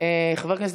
עם מישהו, עם חברך.